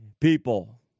people